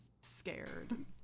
scared